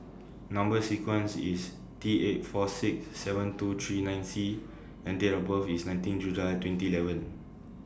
Number sequence IS T eight four six seven two three nine C and Date of birth IS nineteen July twenty eleven